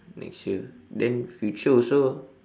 next year then future also